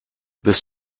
this